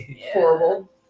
Horrible